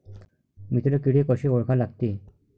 मित्र किडे कशे ओळखा लागते?